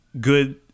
good